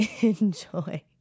enjoy